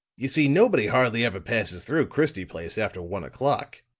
you see, nobody hardly ever passes through christie place after one o'clock.